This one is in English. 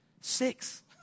Six